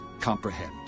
comprehend